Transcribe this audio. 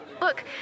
Look